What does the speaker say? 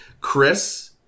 Chris